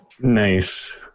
Nice